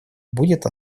будет